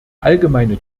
allgemeine